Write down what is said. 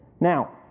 Now